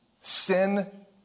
Sin